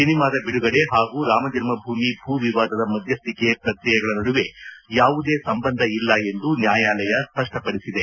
ಸಿನಿಮಾದ ಬಿದುಗಡೆ ಹಾಗೂ ರಾಮಜನ್ಮಭೂಮಿ ಭೂ ವಿವಾದದ ಮಧ್ಯಸ್ಥಿಕೆಯ ಪ್ರಕ್ರಿಯೆಗಳ ನಡುವೆ ಯಾವುದೇ ಸಂಬಂಧ ಇಲ್ಲ ಎಂದು ನ್ಯಾಯಾಲಯ ಸ್ವಷ್ಟಪಡಿಸಿದೆ